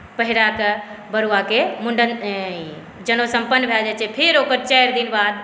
पहिरा कऽ बरुआके जनउ सम्पन्न भए जाइ छै फेर ओकर चारि दिन बाद